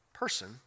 person